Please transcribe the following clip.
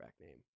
name